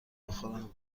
بخورم